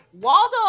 Waldo